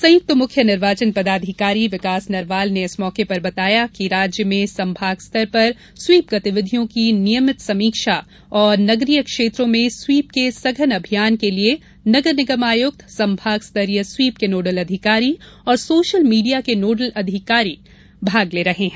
संयुक्त मुख्य निर्वाचन पदाधिकारी विकास नरवाल ने बताया है कि राज्य में संभाग स्तर पर स्वीप गतिविधियों की नियमित समीक्षा एवं नगरीय क्षेत्रों में स्वीप के सघन अभियान के लिये नगर निगम आयुक्त संभाग स्तरीय स्वीप के नोडल अधिकारी और सोशल मीडिया के नोडल अधिकारी भाग ले रहे हैं